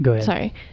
sorry